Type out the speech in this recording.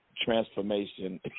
transformation